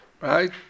right